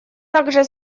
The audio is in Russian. также